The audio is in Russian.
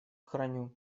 храню